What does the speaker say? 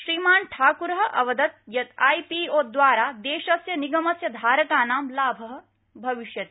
श्रीमान् ठाकुरः अवदत् यत् आईपीओद्वारा देशस्य निगमस्य धारकानां लाभः भविष्यति